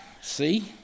see